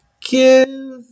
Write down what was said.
Give